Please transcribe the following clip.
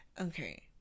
Okay